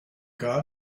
god